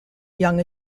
young